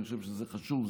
אני חושב שזה חשוב.